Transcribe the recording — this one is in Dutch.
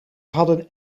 hadden